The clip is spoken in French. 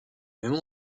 même